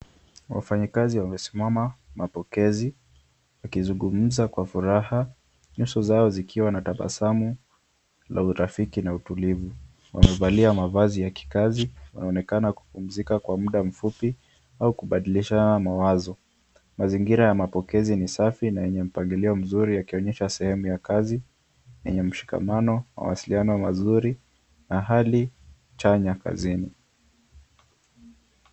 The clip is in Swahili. Wafanyikazi wamesimama mapokezi wakizungumza kwa furaha, nyuso zao zikiwa na tabasamu na urafiki na utulivu. Wamevalia mavazi ya kikazi wanaonekana kupumzika kwa muda mfupi au kubadilishana mawazo. Mazingira ya mapokezi ni safi na yenye mpangilio mzuri yakionyesha sehemu ya kazi yenye mshikamano mawasiliano mazuri na hali chanya kazini.